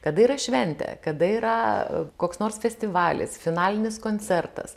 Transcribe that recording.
kada yra šventė kada yra koks nors festivalis finalinis koncertas